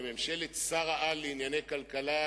לממשלת שר-העל לענייני כלכלה,